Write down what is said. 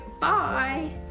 bye